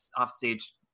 offstage